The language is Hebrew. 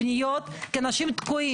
בעולם ללמוד עברית שזה סיפור בפני עצמו,